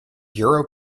bureau